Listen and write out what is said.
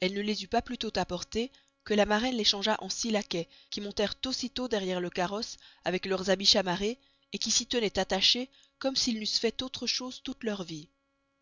elle ne les eut pas plûtost apportez que la maraine les changea en six laquais qui monterent aussi tost derriere le carosse avec leurs habits chamarez qui s'y tenoient attachez comme s'ils n'eussent fait autre chose de toute leur vie